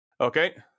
Okay